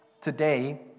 Today